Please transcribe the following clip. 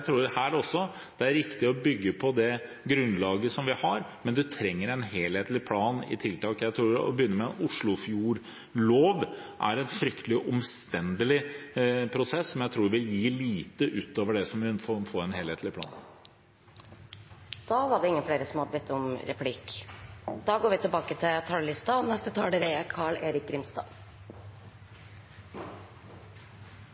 tror at det også på dette området er riktig å bygge på det grunnlaget som vi har, men vi trenger en helhetlig plan for tiltak. Å begynne å lage en oslofjordlov er en fryktelig omstendelig prosess som jeg tror vil gi lite utover det vi får i en helhetlig plan. Replikkordskiftet er omme. De talere som heretter får ordet, har også en taletid på inntil 3 minutter. I dag er dagen vi begynner å ta Oslofjorden tilbake.